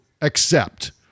accept